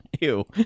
Ew